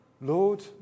Lord